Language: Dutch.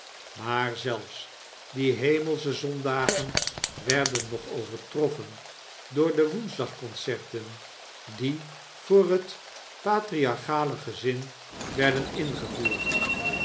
maar zelfs die hemelsche zondagen werden nog overtroffen door de woensdagconcerten die voor het patriarchate gezin werden ingevoerd